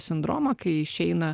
sindromą kai išeina